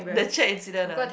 the chat incident ah